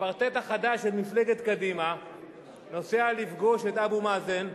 הקוורטט החדש של מפלגת קדימה נוסע לפגוש את אבו מאזן.